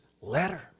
letter